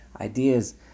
ideas